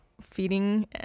feeding